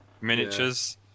miniatures